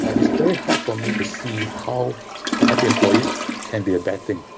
ah it's very hard for me to see how happy employees can be a bad thing.